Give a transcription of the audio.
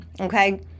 okay